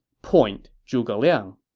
point, zhuge liang